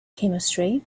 chemistry